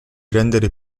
rendere